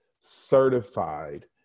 certified